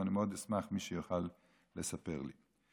ואני מאוד אשמח אם מישהו יוכל לספר לי.